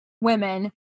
women